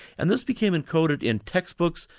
and this became encoded in text books,